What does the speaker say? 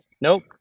Nope